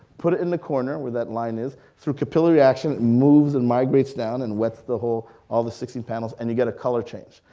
put it in the corner where that line is, through capillary reaction, it moves and migrates down, and wets the whole, all the sixteen panels and you get a color change.